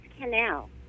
canal